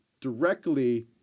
directly